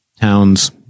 Towns